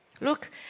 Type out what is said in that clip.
Look